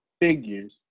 figures